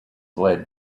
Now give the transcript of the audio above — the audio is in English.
led